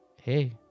hey